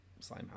Slimehouse